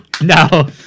No